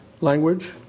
language